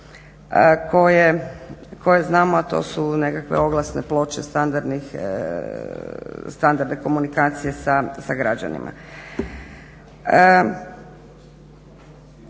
koje znamo a to su neke oglasne ploče standardne komunikacije sa građanima.